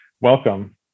welcome